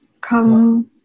come